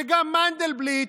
וגם מנדלבליט,